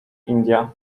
india